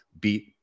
beat